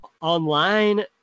online